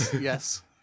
yes